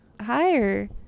higher